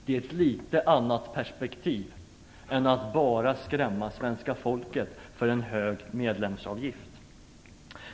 Det är ett litet annat perspektiv än att bara skrämma svenska folket för en hög medlemsavgift.